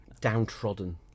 Downtrodden